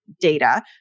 data